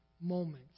moments